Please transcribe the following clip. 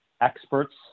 experts